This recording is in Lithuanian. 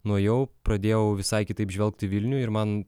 nuėjau pradėjau visai kitaip žvelgt į vilnių ir man